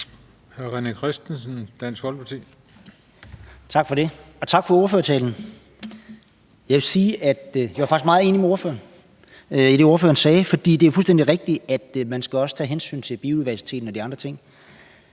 René Christensen (DF): Tak for det, og tak for ordførertalen. Jeg vil sige, at jeg faktisk var meget enig med ordføreren i det, som ordføreren sagde, for det er fuldstændig rigtigt, at man også skal tage hensyn til biodiversiteten og andre ting.